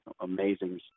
Amazing